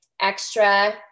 extra